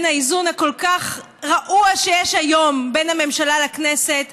האיזון הכל-כך רעוע שיש היום בין הממשלה לכנסת,